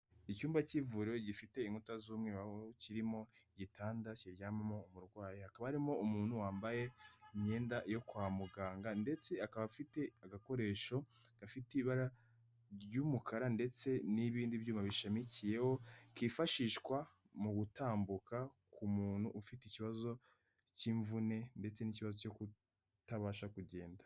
Icyumba cy'ivuriro gifite inkuta z'umweru kirimo igitanda kiryamamo umurwayi, hakaba harimo umuntu wambaye imyenda yo kwa muganga, ndetse akaba afite agakoresho gafite ibara ry'umukara, ndetse n'ibindi byuma bishamikiyeho kifashishwa mu gutambuka k'umuntu ufite ikibazo cy'imvune, ndetse n'ikibazo cyo kutabasha kugenda.